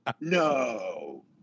no